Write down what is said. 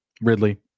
Ridley